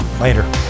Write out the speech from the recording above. Later